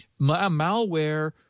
malware